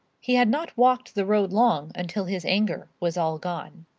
he had not walked the road long until his anger was all gone.